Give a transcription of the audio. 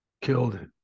killed